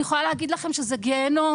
אני יכולה להגיד לכם שזה גיהינום,